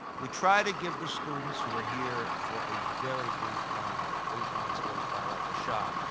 we try to give the students who are here for a very brief time, and eight months goes by like a shot,